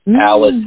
Alice